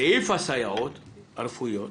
סעיף הסייעות הרפואיות